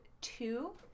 two